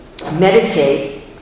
meditate